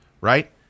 right